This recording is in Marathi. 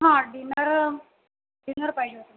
हां डिनर डिनर पाहिजे होतं मॅम मला